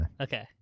Okay